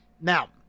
Now